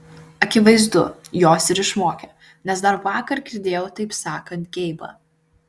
akivaizdu jos ir išmokė nes dar vakar girdėjau taip sakant geibą